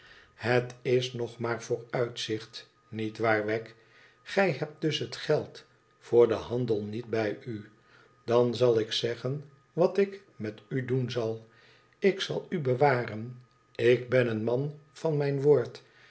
het is nog maar vooruitzicht niet waar wegg gij hebt dus het geld voor den handel niet bij u dan zal ik zeggen wat ik met u doen zal ik zal u bewaren ik ben een man van mijn woord